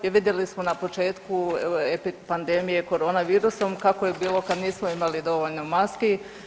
I vidjeli smo na početku pandemije corona virusom kako je bilo kad nismo imali dovoljno maski.